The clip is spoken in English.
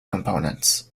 components